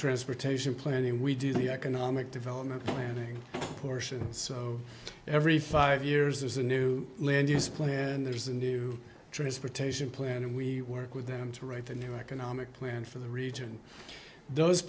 transportation planning we do the economic development planning portions of every five years there's a new land use plan there's a new transportation plan and we work with them to write a new economic plan for the region those